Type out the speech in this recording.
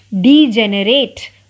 Degenerate